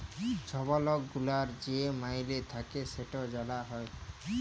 ছব লক গুলার যে মাইলে থ্যাকে সেট জালা যায়